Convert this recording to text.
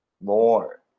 more